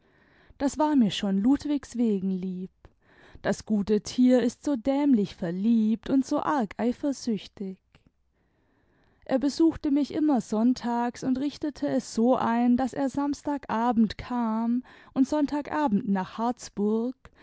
das war mir schon ludwigs wegen lieb das gute tier ist so dämlich verliebt und so arg eifersüchtig er besuchte mich immer sonntags und richtete es so ein daß er samstag abend kam und sonntag abend nach harzburg